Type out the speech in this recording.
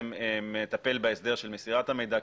שמטפל בהסדר של מסירת המידע.